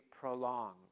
prolonged